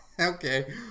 Okay